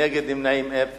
אין מתנגדים ואין נמנעים.